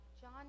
John